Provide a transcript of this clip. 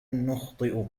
نخطئ